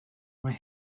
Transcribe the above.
mae